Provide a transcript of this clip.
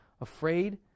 Afraid